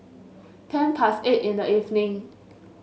ten past eight in the evening